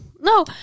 No